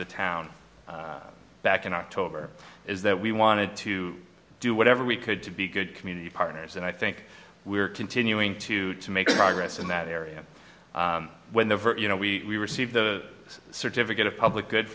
the town back in october is that we wanted to do whatever we could to be good community partners and i think we are continuing to to make progress in that area when the you know we receive the certificate of public good